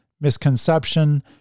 misconception